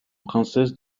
princesse